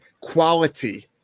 Quality